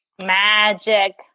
Magic